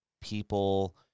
people